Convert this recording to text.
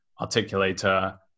articulator